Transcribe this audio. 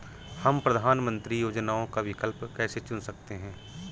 हम प्रधानमंत्री योजनाओं का विकल्प कैसे चुन सकते हैं?